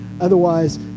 Otherwise